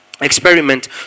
experiment